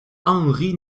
henri